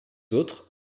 autres